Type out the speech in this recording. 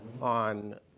on